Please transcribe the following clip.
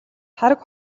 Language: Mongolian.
тараг